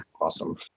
awesome